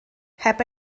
heb